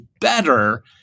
better